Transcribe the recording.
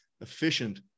efficient